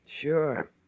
Sure